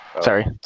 Sorry